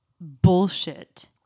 bullshit